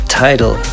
title